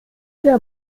der